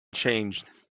changed